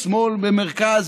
שמאל ומרכז,